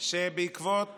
שבעקבות